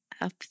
up